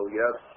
yes